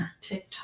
TikTok